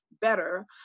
better